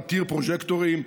עתיר פרוז'קטורים,